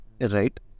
right